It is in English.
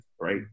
right